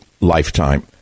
lifetime